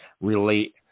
relate